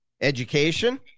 Education